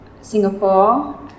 Singapore